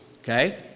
okay